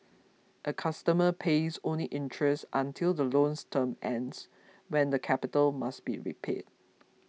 a customer pays only interest until the loan's term ends when the capital must be repaid